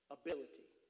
ability